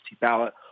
ballot